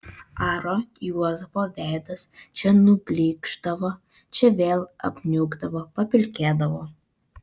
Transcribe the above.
aro juozapo veidas čia nublykšdavo čia vėl apniukdavo papilkėdavo